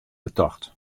betocht